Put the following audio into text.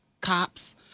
cops